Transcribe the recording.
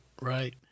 right